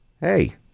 Hey